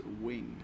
Wing